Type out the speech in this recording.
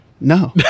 No